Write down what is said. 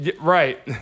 Right